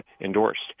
endorsed